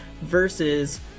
versus